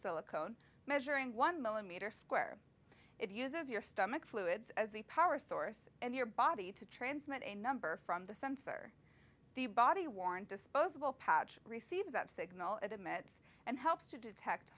silicone measuring one millimeter square it uses your stomach fluids as the power source and your body to transmit a number from the sensor the body warrant disposable patch receives that signal it emits and helps to detect